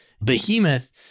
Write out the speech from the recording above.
behemoth